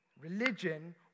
Religion